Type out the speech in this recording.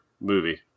movie